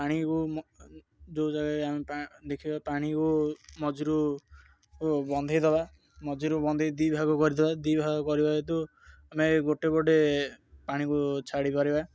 ପାଣିକୁ ଯେଉଁ ଜାଗାରେ ଆମେ ଦେଖିବା ପାଣିକୁ ମଝିରୁ ବନ୍ଧେଇଦବା ମଝିରୁ ବନ୍ଧେଇ ଦୁଇ ଭାଗ କରିଦବା ଦୁଇ ଭାଗ କରିବା ହେତୁ ଆମେ ଗୋଟେ ଗୋଟେ ପାଣିକୁ ଛାଡ଼ି ପାରିବା